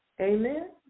amen